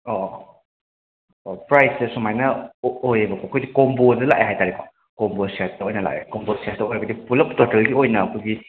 ꯑꯣ ꯑꯣꯑꯣ ꯑꯣ ꯄ꯭ꯔꯥꯏꯁꯁꯦ ꯁꯨꯃꯥꯏꯅ ꯑꯣꯏꯌꯦꯕꯀꯣ ꯑꯩꯈꯣꯏ ꯀꯣꯝꯕꯣꯗ ꯂꯥꯛꯑꯦ ꯍꯥꯏꯇꯔꯦꯀꯣ ꯀꯣꯝꯕꯣ ꯁꯦꯠꯇ ꯑꯣꯏꯅ ꯂꯥꯛꯑꯦ ꯀꯣꯝꯕꯣ ꯁꯦꯠꯇ ꯑꯣꯏꯔꯒꯗꯤ ꯄꯨꯂꯞ ꯇꯣꯇꯦꯜꯒꯤ ꯑꯣꯏꯅ ꯑꯩꯈꯣꯏꯒꯤ